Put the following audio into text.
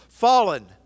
Fallen